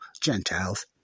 Gentiles